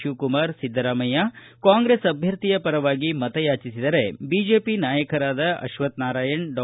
ಶಿವಕುಮಾರ್ ಸಿದ್ದರಾಮಯ್ಯ ಕಾಂಗ್ರೆಸ್ ಅಭ್ವರ್ಥಿಯ ಪರವಾಗಿ ಮತಯಾಚಿಸಿದರೆ ಬಿಜೆಪಿಯ ನಾಯಕರಾದ ಅಶ್ವತ್ತನಾರಾಯಣ ಡಾ